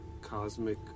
cosmic